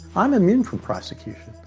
i'm immune from prosecution.